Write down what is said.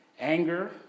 anger